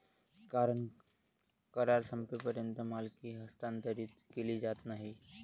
कारण करार संपेपर्यंत मालकी हस्तांतरित केली जात नाही